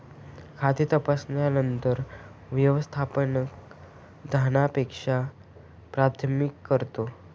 खाते तपासल्यानंतर व्यवस्थापक धनादेश प्रमाणित करतो